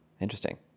Interesting